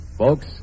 Folks